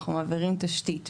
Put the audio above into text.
אנחנו מעבירים תשתית.